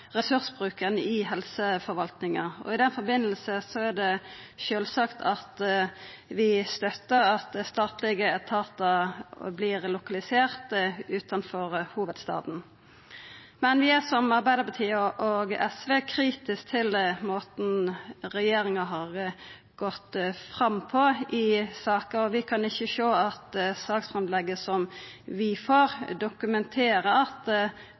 ressursbruken i helseforvaltninga. I den forbindelse støttar vi sjølvsagt at statlege etatar vert lokaliserte utanfor hovudstaden. Men vi er som Arbeidarpartiet og SV kritiske til måten regjeringa har gått fram på i saka. Vi kan ikkje sjå at saksframlegget vi får, dokumenterer at